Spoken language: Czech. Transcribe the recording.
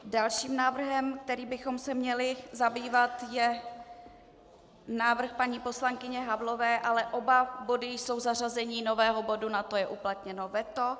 Dalším návrhem, kterým bychom se měli zabývat, je návrh paní poslankyně Havlové, ale oba body jsou zařazení nového bodu a na to je uplatněno veto.